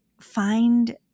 find